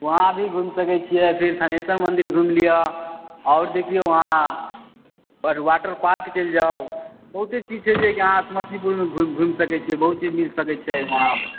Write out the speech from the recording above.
वहाँ भी घुमि सकै छियै फिर थानेसर मन्दिर भी घुमि लिअ आओर देखिऔ अहाँ आओर वाटर पार्क चलि जाउ बहुते चीज छै जे कि अहाँ समस्तीपुरमे घुमि घुमि सकै छियै बहुत चीज मिल सकै छै आब